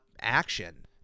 action